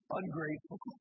ungrateful